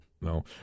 no